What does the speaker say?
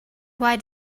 why